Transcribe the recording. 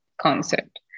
concept